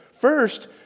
First